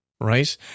right